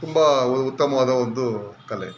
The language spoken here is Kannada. ತುಂಬ ಉತ್ತಮವಾದ ಒಂದು ಕಲೆ